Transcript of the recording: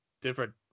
different